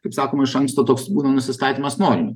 kaip sakoma iš anksto toks būna nusistatymas norime